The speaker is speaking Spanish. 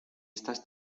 estas